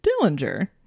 Dillinger